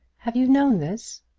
have you known this?